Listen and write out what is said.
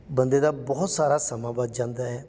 ਬੰਦੇ ਦਾ ਬਹੁਤ ਸਾਰਾ ਸਮਾਂ ਬਚ ਜਾਂਦਾ ਹੈ